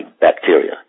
bacteria